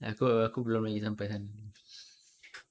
aku aku belum pergi sampai sana